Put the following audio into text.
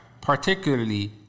particularly